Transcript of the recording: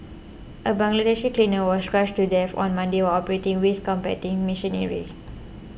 a Bangladeshi cleaner was crushed to death on Monday while operating waste compacting machinery